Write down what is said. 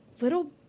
little